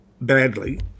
badly